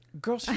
girl